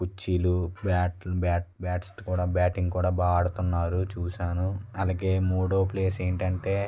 కుర్చీలు bat bat bats కూడా batting కూడా బాగా ఆడుతున్నారు చూశాను అలాగే మూడో ప్లేస్ ఏంటంటే